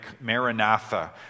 Maranatha